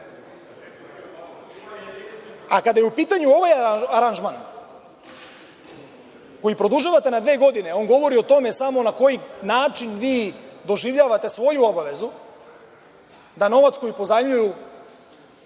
A kada je u pitanju ovaj aranžman koji produžavate na dve godine, on govori o tome samo na koji način vi doživljavate svoju obavezu da novac koji pozajmljuju